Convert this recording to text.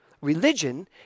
Religion